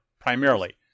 primarily